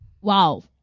Wow